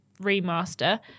remaster